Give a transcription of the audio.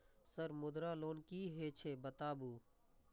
Sir Mudra loan की हे छे बताबू?